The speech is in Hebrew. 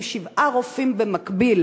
עם שבעה רופאים במקביל,